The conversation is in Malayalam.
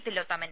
തിലോത്തമൻ